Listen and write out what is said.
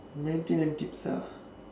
maintenance tips ah